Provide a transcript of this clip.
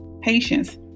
Patience